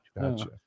gotcha